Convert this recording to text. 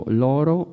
l'oro